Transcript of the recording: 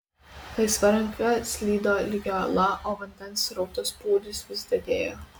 laisva ranka slydo lygia uola o vandens srauto spūdis vis didėjo